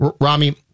Rami